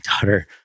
daughter